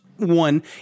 one